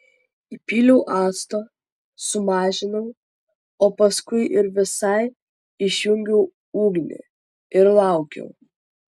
įpyliau acto sumažinau o paskui ir visai išjungiau ugnį ir laukiau